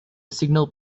signal